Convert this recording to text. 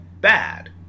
bad